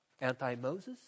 anti-Moses